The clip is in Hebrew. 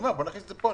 נכניס את זה פה.